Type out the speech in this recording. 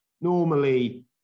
normally